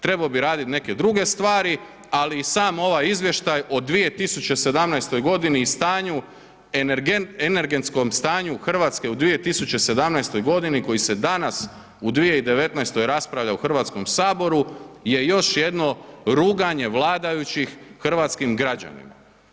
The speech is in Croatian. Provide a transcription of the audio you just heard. Trebao bi raditi neke druge stvari ali sam ovaj izvještaj u 2017. g. i stanju energetskom stanju Hrvatske u 2017. g. koji se danas u 2019. raspravlja u Hrvatskom saboru je još jednom ruganje vladajućih hrvatskim građanima.